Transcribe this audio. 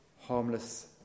harmless